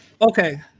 Okay